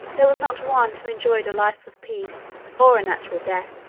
there was not one who enjoyed a life of peace, or a natural death.